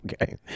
Okay